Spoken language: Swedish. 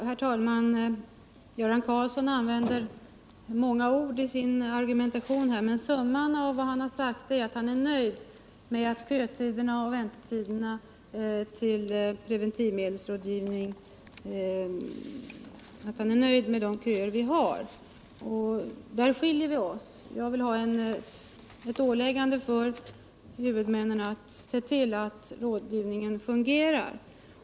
Herr talman! Göran Karlsson använde många ord i sin argumentation men summan av vad han sade innebär att han är nöjd med köoch väntetiderna till preventivmedelsrådgivningen. Det är där vi skiljer oss. Jag vill ha ett åläggande för huvudmännen att se till att rådgivningen fungerar.